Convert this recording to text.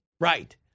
Right